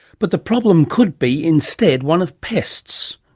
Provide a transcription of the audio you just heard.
but the problem could be, instead, one of pests.